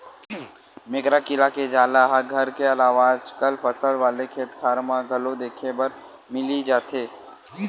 मेकरा कीरा के जाला ह घर के अलावा आजकल फसल वाले खेतखार म घलो देखे बर मिली जथे